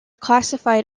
classified